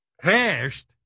Hashed